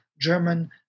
German